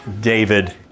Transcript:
David